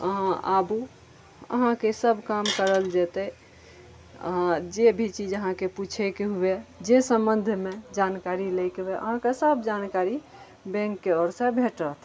अहाँ आबू अहाँके सब काम कयल जेतै अहाँ जे भी चीज अहाँके पूछैके हुए जे सम्बन्धमे जानकारी लैके हुए अहाँके सब जानकारी बैंकके ओर से भेटत